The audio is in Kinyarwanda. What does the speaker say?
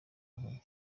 nke